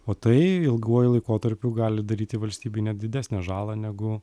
o tai ilguoju laikotarpiu gali daryti valstybinę didesnę žalą negu